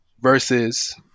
versus